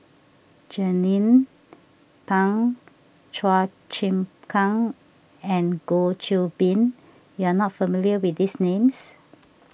Jernnine Pang Chua Chim Kang and Goh Qiu Bin you are not familiar with these names